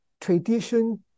tradition